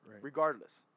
Regardless